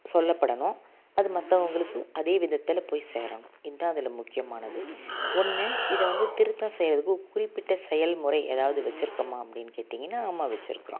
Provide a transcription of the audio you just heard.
சொல்லப்படணும் அது மற்றவங்களுக்கு அதே விதத்தில் போய் சேரணும் இதான் அதில் முக்கியமானது ஒன்று இதை வந்து திருத்தம் செய்கிறதுக்கு குறிப்பிட்ட செயல்முறை ஏதாவது வெச்சிருக்கோமா அப்படின்னு கேட்டிங்கன்னா ஆமா வச்சிருக்கிறோம்